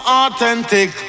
authentic